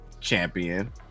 Champion